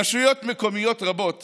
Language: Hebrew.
רשויות מקומיות רבות